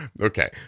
okay